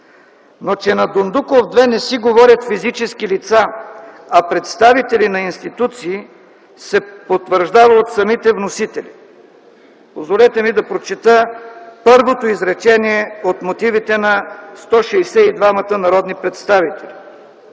Но че на „Дондуков” 2 не си говорят физически лица, а представители на институции, се потвърждава от самите вносители. Позволете ми да прочета първото изречение от мотивите на 162-мата народни представители: